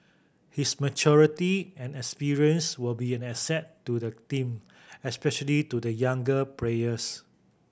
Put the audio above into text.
his maturity and experience will be an asset to the team especially to the younger prayers